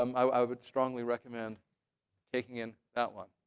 um i would strongly recommend taking in that one.